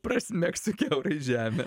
prasmegsiu kiaurai žemę